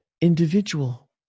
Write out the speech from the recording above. individual